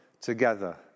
together